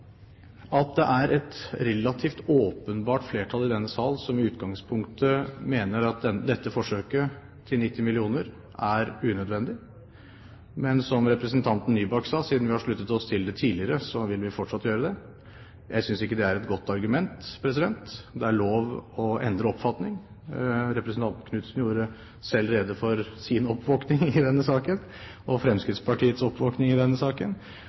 at det er et relativt åpenbart flertall i denne sal som i utgangspunktet mener at dette forsøket til 90 mill. kr er unødvendig. Men som representanten Nybakk sa: Siden vi har sluttet oss til det tidligere, vil vi fortsatt gjøre det. Jeg synes ikke det er et godt argument. Det er lov å endre oppfatning. Representanten Ulf Erik Knudsen gjorde selv rede for sin oppvåkning i denne saken og Fremskrittspartiets oppvåkning i denne saken,